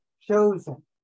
chosen